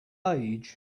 age